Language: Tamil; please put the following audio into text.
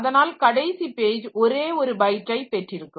அதனால் கடைசி பேஜ் ஒரே ஒரு பைட்டை பெற்றிருக்கும்